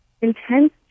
intense